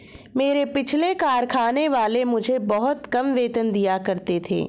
मेरे पिछले कारखाने वाले मुझे बहुत कम वेतन दिया करते थे